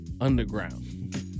underground